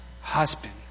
husband